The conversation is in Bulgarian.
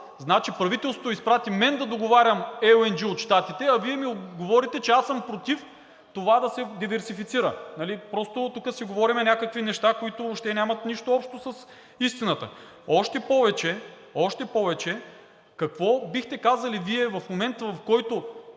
Значи правителството изпрати мен да договарям LNG от Щатите, а Вие ми говорите, че аз съм против това да се диверсифицира, нали? Просто тук си говорим някакви неща, които нямат нищо общо с истината. Още повече, какво бихте казали Вие в момент, в който